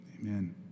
Amen